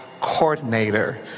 coordinator